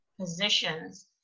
positions